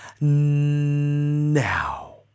now